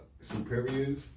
superiors